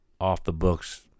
off-the-books